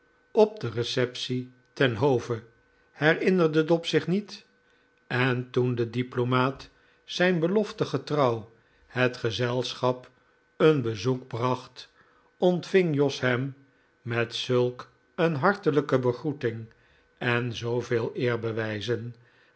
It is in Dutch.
op de receptie ten hove herinnerde dob zich niet en toen de diplomaat zijn belofte getrouw het gezelschap een bezoek bracht ontving jos hem met zulk een hartelijke begroeting en zooveel eerbewijzen